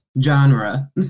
genre